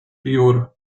jur